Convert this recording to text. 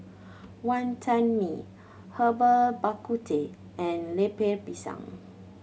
Wantan Mee Herbal Bak Ku Teh and Lemper Pisang